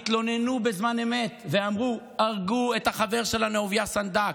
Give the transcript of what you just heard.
התלוננו בזמן אמת ואמרו: הרגו את החבר שלנו אהוביה סנדק,